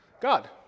God